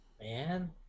man